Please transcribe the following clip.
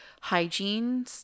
hygiene